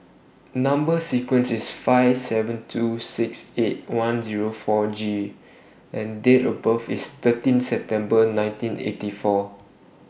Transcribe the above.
Number sequence IS S seven two six eight one Zero four G and Date of birth IS thirteen September nineteen eighty four